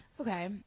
Okay